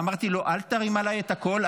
אמרתי לו: אל תרים עליי את הקול,